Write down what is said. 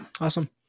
Awesome